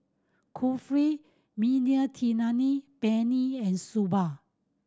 Kulfi Mediterranean Penne and Soba